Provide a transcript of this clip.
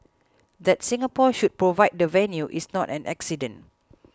that Singapore should provide the venue is not an accident